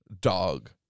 dog